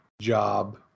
job